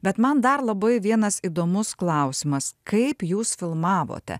bet man dar labai vienas įdomus klausimas kaip jūs filmavote